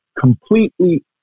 completely